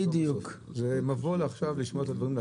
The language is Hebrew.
זה מבוא עכשיו לשמוע את הדברים,